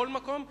בכל מקום,